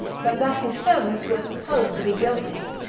but that his servants were supposed to be guilty.